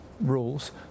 rules